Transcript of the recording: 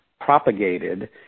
propagated